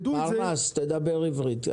פרנס, תדבר עברית.